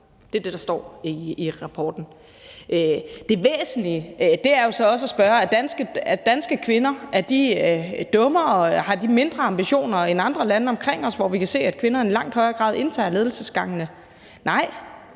Det er det, der står i rapporten. Det væsentlige er jo så også at spørge, om danske kvinder er dummere eller har mindre ambitioner end kvinder i andre lande omkring os, hvor vi kan se, at kvinderne i langt højere grad indtager ledelsesgangene. Nej,